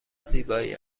زیبایی